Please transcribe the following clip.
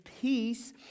peace